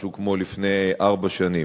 משהו כמו לפני ארבע שנים.